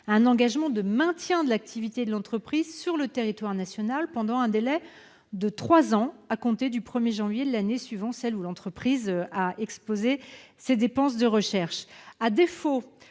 un engagement de maintien de l'activité de l'entreprise sur le territoire national pendant un délai de trois ans à compter du 1 janvier de l'année suivant celle où l'entreprise a exposé ses dépenses de recherche. À défaut